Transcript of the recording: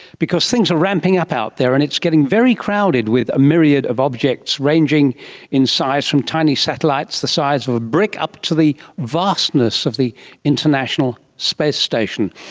because things are ramping up out there and it's getting very crowded with a myriad of objects ranging in size from tiny satellites the size of a brick, up to the vastness of the international space station,